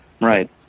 Right